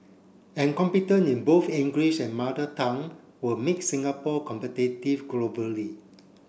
and competent in both English and Mother Tongue will make Singapore competitive globally